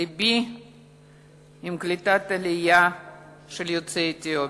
לבי עם קליטת העלייה של יוצאי אתיופיה.